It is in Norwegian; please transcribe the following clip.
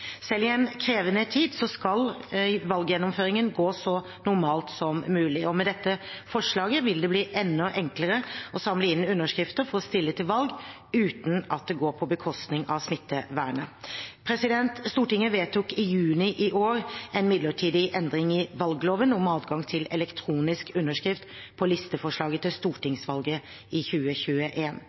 Selv i en krevende tid skal valggjennomføringen gå så normalt som mulig, og med dette forslaget vil det bli enda enklere å samle inn underskrifter for å stille til valg uten at det går på bekostning av smittevernet. Stortinget vedtok i juni i år en midlertidig endring i valgloven om adgang til elektronisk underskrift på listeforslag til stortingsvalget i